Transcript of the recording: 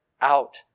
out